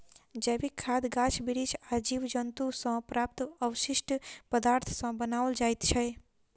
जैविक खाद गाछ बिरिछ आ जीव जन्तु सॅ प्राप्त अवशिष्ट पदार्थ सॅ बनाओल जाइत छै